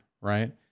Right